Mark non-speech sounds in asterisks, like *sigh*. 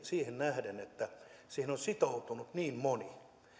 *unintelligible* siihen nähden että siihen on sitoutunut niin moni